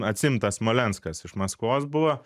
atsiimtas smolenskas iš maskvos buvo